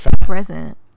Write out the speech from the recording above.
present